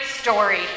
story